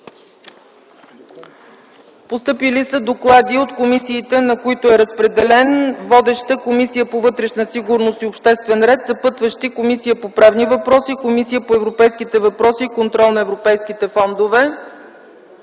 Постъпили са доклади от комисиите, на които е разпределен законопроекта. Водеща е Комисията по вътрешна сигурност и обществен ред, съпътстващи – Комисията по правни въпроси и Комисията по европейските въпроси и контрол на европейските фондове.